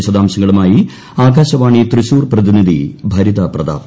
വിശദാംശങ്ങളുമായി ആകാശ്ര്യാണ് തൃശൂർ പ്രതിനിധി ഭരിത പ്രതാപ്